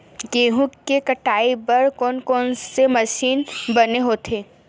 गेहूं के कटाई बर कोन कोन से मशीन बने होथे?